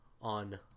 on